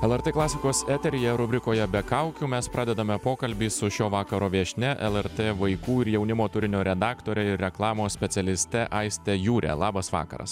lrt klasikos eteryje rubrikoje be kaukių mes pradedame pokalbį su šio vakaro viešnia lrt vaikų ir jaunimo turinio redaktore ir reklamos specialiste aiste jūre labas vakaras